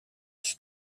qui